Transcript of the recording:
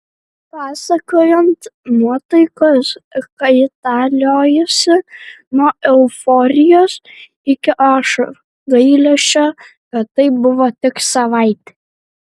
pasakojant nuotaikos kaitaliojosi nuo euforijos iki ašarų gailesčio kad tai buvo tik savaitė